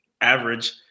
average